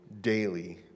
daily